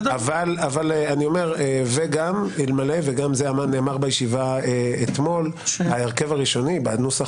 גם אלמלא וגם זה נאמר בישיבה אתמול ההרכב הראשוני בנוסח